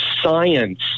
science